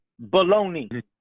baloney